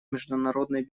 международной